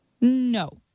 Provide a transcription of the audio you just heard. No